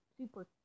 super